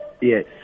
Yes